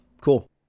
Cool